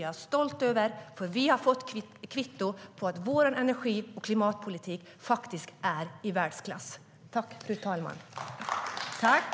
Jag är stolt över det, för vi har fått kvitto på att vår energi och klimatpolitik faktiskt är i världsklass.